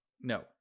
No